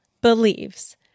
believes